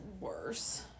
worse